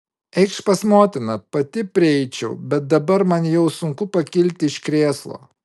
eikš pas motiną pati prieičiau bet dabar man jau sunku pakilti iš krėslo